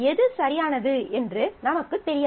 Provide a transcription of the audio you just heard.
எது சரியானது என்று நமக்குத் தெரியாது